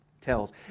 tells